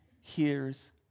hears